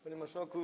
Panie Marszałku!